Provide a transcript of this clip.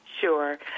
Sure